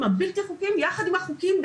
ההימורים הבלתי חוקיים יחד עם החוקיים,